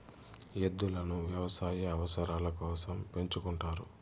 ఎద్దులను వ్యవసాయ అవసరాల కోసం పెంచుకుంటారు